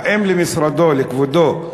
האם למשרדו, לכבודו,